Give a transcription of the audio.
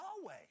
Yahweh